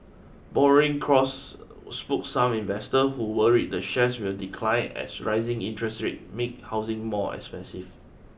borrowing costs spooked some investor who worry the shares will decline as rising interest rates make housing more expensive